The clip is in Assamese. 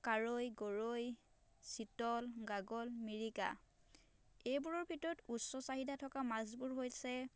কাৱৈ গৰৈ চিতল গাগল মিৰিকা এইবোৰৰ ভিতৰত উচ্চ চাহিদা থকা মাছবোৰ হৈছে